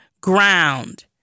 ground